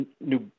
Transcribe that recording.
new